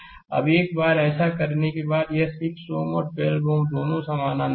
अब एक बार ऐसा करने के बाद यह 6 Ω और 12 Ω दोनों समानांतर है